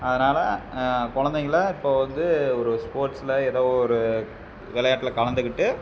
அதனால் குழந்தைகள இப்போது வந்து ஒரு ஸ்போர்ட்ஸ்ல ஏதோ ஒரு விளையாட்டுல கலந்துக்கிட்டு